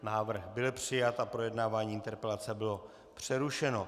Návrh byl přijat a projednávání interpelace bylo přerušeno.